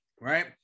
right